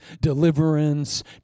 deliverance